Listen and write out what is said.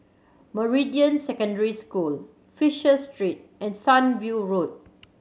Meridian Secondary School Fisher Street and Sunview Road